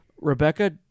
Rebecca